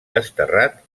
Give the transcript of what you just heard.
desterrat